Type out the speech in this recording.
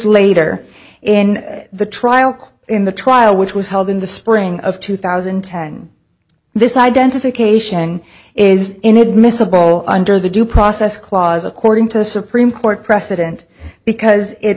later in the trial in the trial which was held in the spring of two thousand and ten this identification is inadmissible under the due process clause according to the supreme court precedent because it